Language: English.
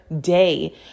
day